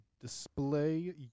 display